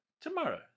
tomorrow